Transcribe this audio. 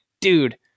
dude